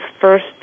first